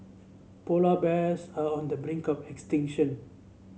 polar bears are on the brink of extinction